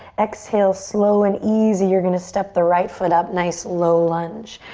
exhale, slow and easy you're gonna step the right foot up. nice low lunge.